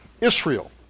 Israel